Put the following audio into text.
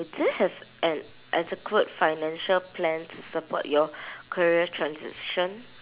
do you have an adequate financial plan to support your career transition